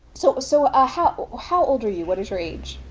so so ah how how old are you? what is your age?